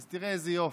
תראה איזה יופי.